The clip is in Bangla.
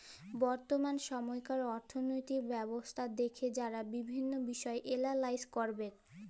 বর্তমাল সময়কার অথ্থলৈতিক ব্যবস্থা দ্যাখে যারা বিভিল্ল্য বিষয় এলালাইস ক্যরবেক